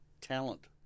talent